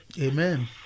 Amen